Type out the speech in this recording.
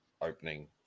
opening